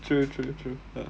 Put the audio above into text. true true true